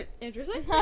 Interesting